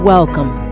Welcome